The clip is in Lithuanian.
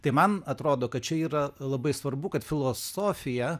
tai man atrodo kad čia yra labai svarbu kad filosofija